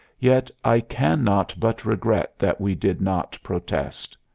yet i can not but regret that we did not protest.